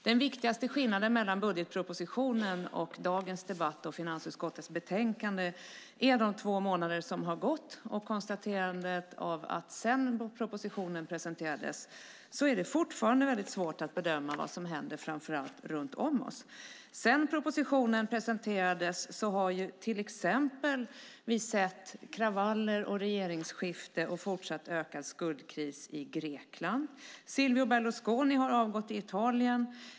Den viktigaste skillnaden mellan budgetpropositionen och dagens debatt och finansutskottets betänkande är de två månader som har gått och konstaterandet att det sedan propositionen presenterades fortfarande är väldigt svårt att bedöma vad som händer framför allt runt om oss. Sedan propositionen presenterades har vi till exempel sett kravaller och regeringsskifte och fortsatt ökad skuldkris i Grekland. Silvio Berlusconi har avgått i Italien.